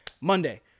Monday